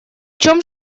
чем